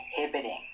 inhibiting